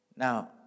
Now